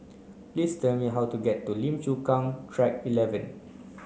please tell me how to get to Lim Chu Kang Track eleven